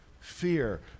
fear